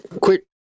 quick